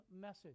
message